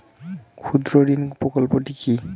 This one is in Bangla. ক্ষুদ্রঋণ প্রকল্পটি কি?